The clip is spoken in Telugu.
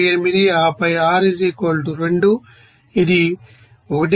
78 ఆపై r 2 ఇది 1